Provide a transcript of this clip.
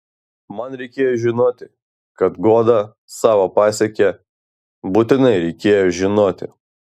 man reikėjo žinoti kad guoda savo pasiekė būtinai reikėjo žinoti